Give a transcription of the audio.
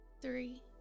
three